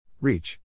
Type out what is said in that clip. Reach